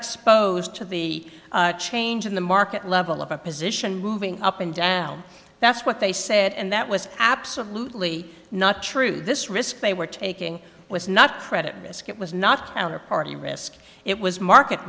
exposed to the change in the market level of a position moving up and down that's what they said and that was absolutely not true this risk they were taking was not credit risk it was not counterparty risk it was market